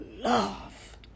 love